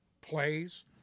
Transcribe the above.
plays